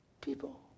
people